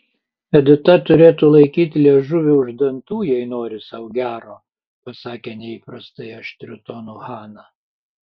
edita turėtų laikyti liežuvį už dantų jei nori sau gero pasakė neįprastai aštriu tonu hana